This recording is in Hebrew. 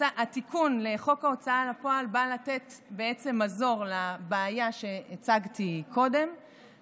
התיקון לחוק ההוצאה לפועל בא לתת בעצם מזור לבעיה שהצגתי קודם,